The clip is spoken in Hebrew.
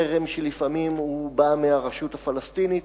חרם שלפעמים הוא בא מהרשות הפלסטינית,